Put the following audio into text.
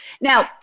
Now